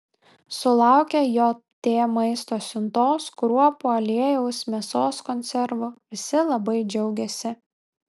sulaukę jt maisto siuntos kruopų aliejaus mėsos konservų visi labai džiaugiasi